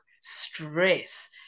stress